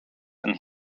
and